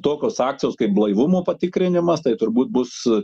tokios akcijos kaip blaivumo patikrinimas tai turbūt bus